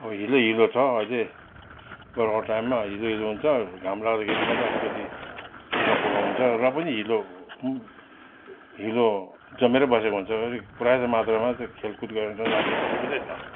अब हिलै हिलो छ अहिले बर्खाको टाइममा हिलो हिलो हुन्छ घाम लाग्दाखेरि मात्रै अलिकति सुक्खा पुखा हुन्छ र पनि हिलो हिलो जमेर बसेको हुन्छ अलिक प्रायः जस्तो मात्रामा मात्रै खेलकुद गरेर नानीहरूलाई असुविधा छ